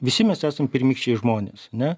visi mes esam pirmykščiai žmonės ane